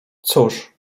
cóż